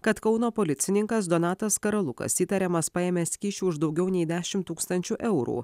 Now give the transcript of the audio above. kad kauno policininkas donatas karalukas įtariamas paėmęs kyšių už daugiau nei dešimt tūkstančių eurų